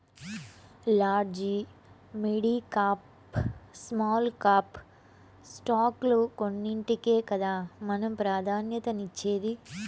large, midcap, small cap స్టాకుల్ల కొన్నింటికే కదా మనం ప్రాధాన్యతనిచ్చేది